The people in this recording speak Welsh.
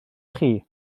chi